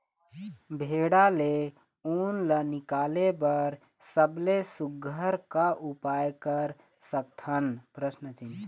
भेड़ा ले उन ला निकाले बर सबले सुघ्घर का उपाय कर सकथन?